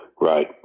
Right